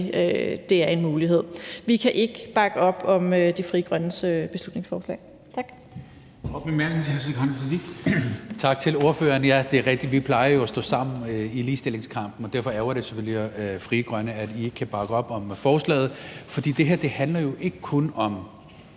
det er en mulighed. Vi kan ikke bakke op om Frie Grønnes beslutningsforslag. Tak.